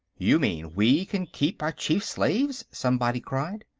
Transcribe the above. you mean, we can keep our chief-slaves? somebody cried.